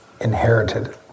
inherited